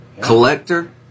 collector